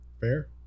fair